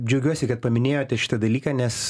džiaugiuosi kad paminėjote šitą dalyką nes